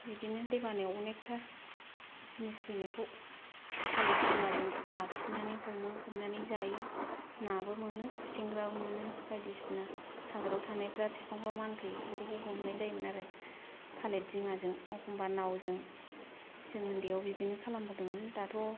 बिदिनो दै बानायावबो अनेथा जिनिस फैनायखौ थालिरजों माजों लाखिनानै हमो हमनानै जायो नाबो मोनो खुसेंग्राबो मोनो बायदिसिना हाग्रायाव थानायफ्रा फिफाङाव मानखोयो बेफोरखौबो हमनाय जायोमोन आरो थालिरजों माजों एखम्बा नावजों जों उन्दैआव बिदिनो खालामबोदोंमोन दाथ'